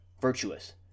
virtuous